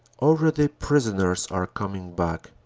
already prisoners are coming back,